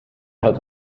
has